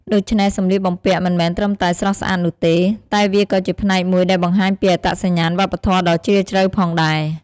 ដូច្នេះសម្លៀកបំពាក់មិនមែនត្រឹមតែស្រស់ស្អាតនោះទេ តែវាក៏ជាផ្នែកមួយដែលបង្ហាញពីអត្តសញ្ញាណវប្បធម៌ដ៏ជ្រាលជ្រៅផងដែរ ។